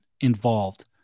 involved